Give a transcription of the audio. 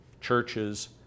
churches